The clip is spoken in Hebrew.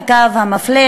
הקו המפלה,